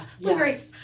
Blueberries